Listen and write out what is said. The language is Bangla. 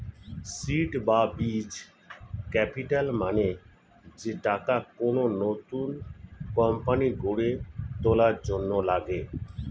সীড বা বীজ ক্যাপিটাল মানে যে টাকা কোন নতুন কোম্পানি গড়ে তোলার জন্য লাগে